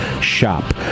shop